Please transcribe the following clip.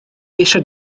eisiau